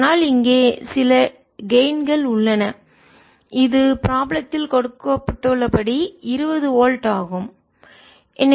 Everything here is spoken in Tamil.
ஆனால் இங்கே சில கெயின் ஆதாயம் கள் உள்ளன இது ப்ராப்ளத்தில் கொடுக்கப்பட்டுள்ள படி 20 வோல்ட் மின்னழுத்தமாகும் ஆகும்